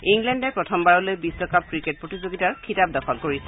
ইংলেণ্ডে প্ৰথমবাৰলৈ বিশ্বকাপ ক্ৰিকেট প্ৰতিযোগিতাৰ খিতাপ অৰ্জন কৰিছে